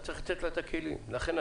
אז צריך לתת לה את הכלים.